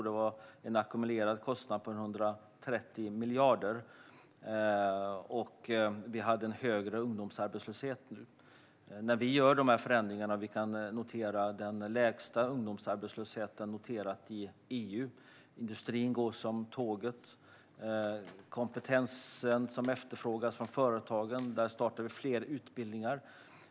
Det blev en ackumulerad kostnad på 130 miljarder, och Sverige hade en högre ungdomsarbetslöshet än nu. Tack vare våra förändringar kan vi notera den lägsta ungdomsarbetslösheten i EU. Industrin går som tåget, och vi startar fler utbildningar för att förse företagen med den kompetens som efterfrågas.